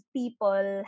people